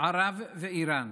ערב ואיראן